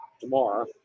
tomorrow